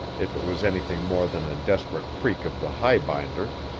if it was anything more than a desperate freak of the highbinders.